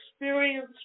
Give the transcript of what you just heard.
experience